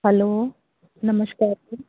hello Namaskar